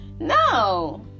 No